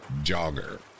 Jogger